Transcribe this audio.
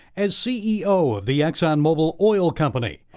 as c e o. of the exxon-mobil oil company,